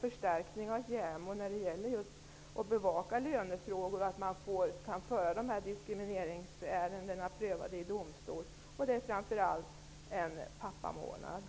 förstärkning av JämO när det gäller att bevaka lönefrågor, att diskrimineringsärenden kan bli prövade i domstol och framför allt en pappamånad.